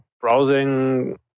browsing